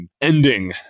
ending